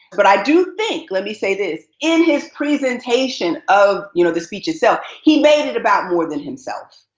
but i do think let me say this in his presentation of, you know, the speech itself, he made it about more than himself.